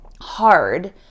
hard